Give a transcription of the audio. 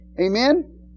Amen